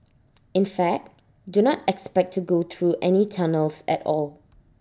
in fact do not expect to go through any tunnels at all